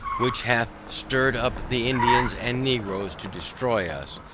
which hath stirred up the indians and negroes to destroy us,